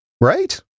Right